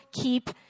keep